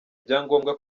ibyangombwa